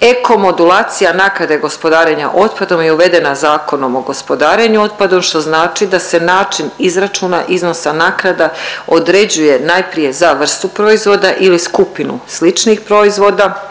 Eko-modulacija naknade gospodarenja otpadom je uvedena Zakonom o gospodarenju otpadom što znači da se način izračuna iznosa naknada određuje najprije za vrstu proizvoda ili skupinu sličnih proizvoda,